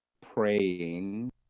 praying